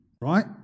Right